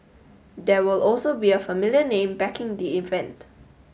there will also be a familiar name backing the event